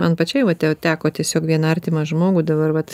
man pačiai va teko tiesiog vieną artimą žmogų dabar vat